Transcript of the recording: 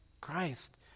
Christ